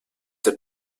der